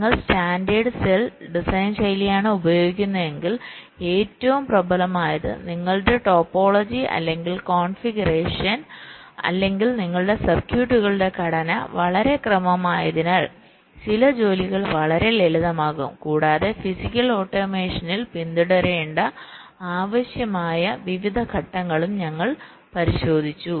നിങ്ങൾ standard cell design ശൈലിയാണ് ഉപയോഗിക്കുന്നതെങ്കിൽ ഏറ്റവും പ്രബലമായത് നിങ്ങളുടെ ടോപ്പോളജി അല്ലെങ്കിൽ കോൺഫിഗറേഷൻ അല്ലെങ്കിൽ നിങ്ങളുടെ സർക്യൂട്ടുകളുടെ ഘടന വളരെ ക്രമമായതിനാൽ ചില ജോലികൾ വളരെ ലളിതമാകും കൂടാതെ ഫിസിക്കൽ ഓട്ടോമേഷനിൽ പിന്തുടരേണ്ട ആവശ്യമായ വിവിധ ഘട്ടങ്ങളും ഞങ്ങൾ പരിശോധിച്ചു